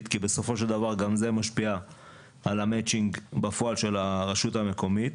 כי בסופו של דבר גם זה משפיע על המצ'ינג בפועל של הרשות המקומית,